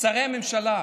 שרי הממשלה,